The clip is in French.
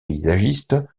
paysagiste